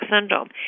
syndrome